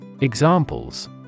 Examples